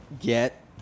Get